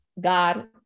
God